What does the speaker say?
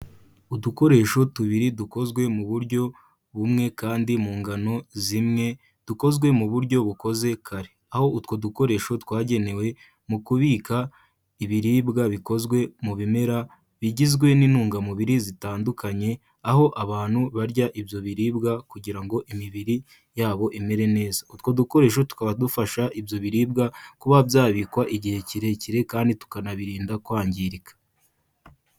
Udukoresho tubiri dukozwe mu buryo bumwe kandi mu ngano zimwe, dukozwe mu buryo bukoze kare, aho utwo dukoresho twagenewe mu kubika ibiribwa bikozwe mu bimera, bigizwe n'intungamubiri zitandukanye, aho abantu barya ibyo biribwa kugira ngo imibiri yabo imere neza, utwo dukoresho tukaba dufasha ibyo biribwa kuba byabikwa igihe kirekire kandi tukanabirinda kwangirika.